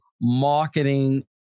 marketing